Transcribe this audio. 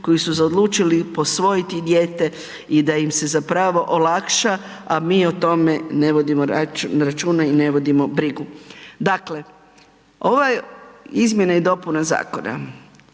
koji su se odlučili posvojiti dijete i da im se zapravo olakša, a mi o tome ne vodimo računa i ne vodimo brigu. Dakle, ova izmjena i dopuna zakona